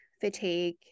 fatigue